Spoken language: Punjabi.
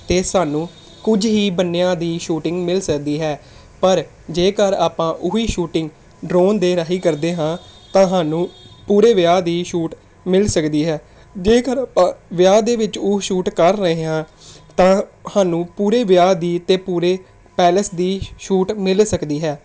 ਤਾਂ ਸਾਨੂੰ ਕੁਝ ਹੀ ਬੰਨਿਆਂ ਦੀ ਸ਼ੂਟਿੰਗ ਮਿਲ ਸਕਦੀ ਹੈ ਪਰ ਜੇਕਰ ਆਪਾਂ ਉਹ ਵੀ ਸ਼ੂਟਿੰਗ ਡਰੋਨ ਦੇ ਰਹੀ ਕਰਦੇ ਹਾਂ ਤਾਂ ਸਾਨੂੰ ਪੂਰੇ ਵਿਆਹ ਦੀ ਸ਼ੂਟ ਮਿਲ ਸਕਦੀ ਹੈ ਜੇਕਰ ਆਪਾਂ ਵਿਆਹ ਦੇ ਵਿੱਚ ਉਹ ਸ਼ੂਟ ਕਰ ਰਹੇ ਹਾਂ ਤਾਂ ਸਾਨੂੰ ਪੂਰੇ ਵਿਆਹ ਦੀ ਅਤੇ ਪੂਰੇ ਪੈਲਸ ਦੀ ਸ਼ੂਟ ਮਿਲ ਸਕਦੀ ਹੈ